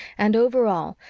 and, over all,